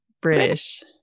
British